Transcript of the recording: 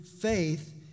faith